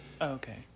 Okay